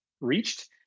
reached